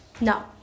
no